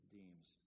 deems